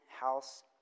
house